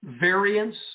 variance